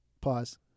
Pause